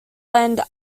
lend